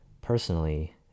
personally